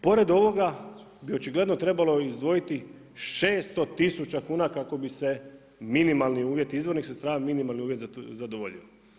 Pored ovoga bi očigledno trebalo izdvojiti 600 tisuća kuna kako bi se minimalni uvjeti izvornih sredstava, minimalni uvjeti zadovoljili.